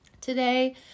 today